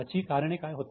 याची कारणे काय होते